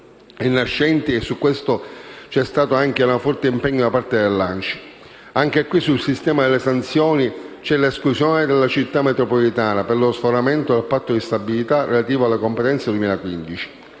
nascenti e su cui c'era stato anche un forte impegno con l'ANCI: anche qui, sul sistema delle sanzioni, c'è l'esclusione delle Città metropolitane per lo sforamento del Patto di stabilità relativo alle competenze 2015.